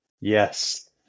yes